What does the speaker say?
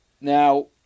Now